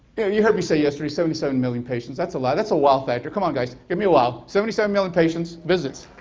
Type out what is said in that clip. you heard me say yesterday seventy seven million patients that's a lot that's a wow factor come on guys give me a wow seventy seven million patients, visits.